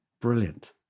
brilliant